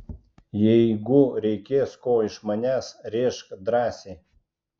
jeigu reikės ko iš manęs rėžk drąsiai